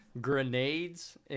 Grenades